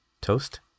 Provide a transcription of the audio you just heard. Toast